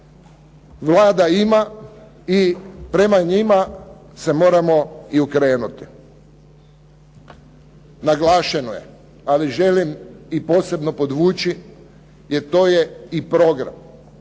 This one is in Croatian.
Vlada ima i prema njima se moramo i okrenuti. Naglašeno je, ali želim i posebno podvući, jer to je i programa.